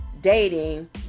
dating